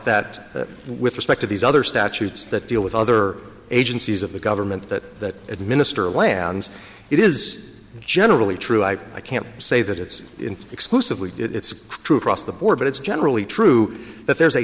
that with respect to these other statutes that deal with other agencies of the government that administer lands it is generally true i can't say that it's exclusively it's true across the board but it's generally true that there's a